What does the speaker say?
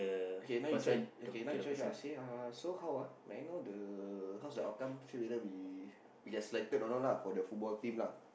okay now you try okay now you try ask say uh so how ah may I know the how's the outcome see whether we we get selected or not lah for the football team lah